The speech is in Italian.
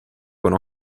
con